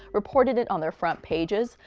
reported it on their front pages,